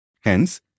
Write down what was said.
Hence